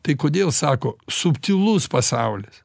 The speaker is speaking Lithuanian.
tai kodėl sako subtilus pasaulis